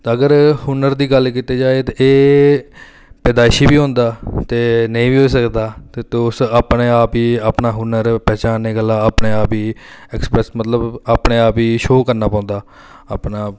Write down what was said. अगर हुनर दी गल्ल कीती जाए ते एह् पैदाइशी बी होंदा ते नेईं बी होई सकदा ते तुस अपने आप गी अपना हुनर बचाने गल्ला अपने आप गी ऐक्सपरैस्स मतलब अपने आप गी शो करना पौंदा अपना